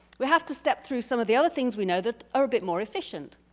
we have to step through some of the other things we know that are a bit more efficient.